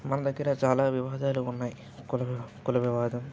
మన దగ్గర చాలా వివాదాలు ఉన్నాయి కులవి కుల వివాదం